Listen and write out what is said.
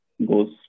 Goes